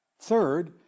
Third